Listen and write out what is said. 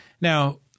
Now